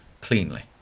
cleanly